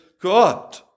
God